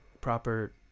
proper